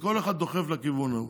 וכל אחד דוחף לכיוון ההוא.